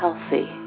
Healthy